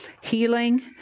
healing